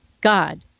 God